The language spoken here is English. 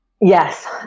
Yes